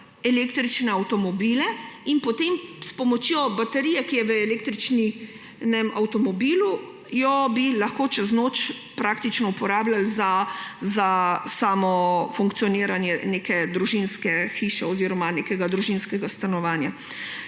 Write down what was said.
električne avtomobile in potem bi jo s pomočjo baterije, ki je v električnem avtomobilu, lahko čez noč praktično uporabljali za samo funkcioniranje neke družinske hiše oziroma nekega družinskega stanovanja.